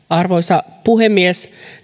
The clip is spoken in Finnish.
arvoisa puhemies